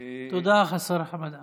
תודה, השר חמד עמאר.